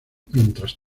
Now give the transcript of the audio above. mientras